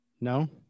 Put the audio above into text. No